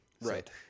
Right